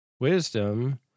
Wisdom